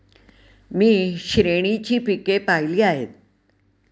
मी श्रेणीची पिके पाहिली आहेत